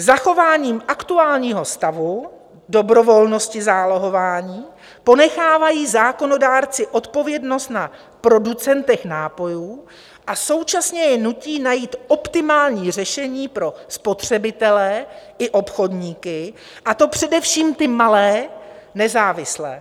Zachování aktuálního stavu dobrovolnosti zálohování ponechávají zákonodárci odpovědnost na producentech nápojů a současně je nutí najít optimální řešení pro spotřebitele i obchodníky, a to především ty malé, nezávislé.